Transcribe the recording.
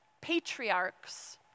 patriarchs